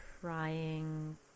trying